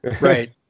Right